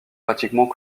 pratiquement